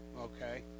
Okay